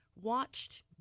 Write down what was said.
watched